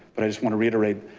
but i just want to reiterate,